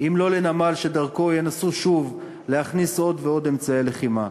אם לא לנמל שדרכו ינסו שוב להכניס עוד ועוד אמצעי לחימה?